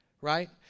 Right